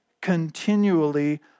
continually